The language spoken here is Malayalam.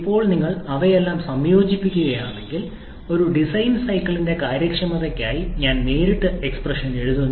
ഇപ്പോൾ നിങ്ങൾ അവയെല്ലാം സംയോജിപ്പിക്കുകയാണെങ്കിൽ ഒരു ഡിസൈൻ സൈക്കിളിന്റെ കാര്യക്ഷമതയ്ക്കായി ഞാൻ നേരിട്ട് എക്സ്പ്രഷൻ എഴുതുന്നു